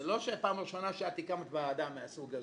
זה לא שפעם ראשונה שאת הקמת ועדה מהסוג הזה,